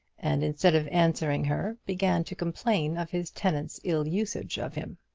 and instead of answering her began to complain of his tenant's ill-usage of him.